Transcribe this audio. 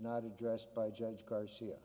not addressed by judge garcia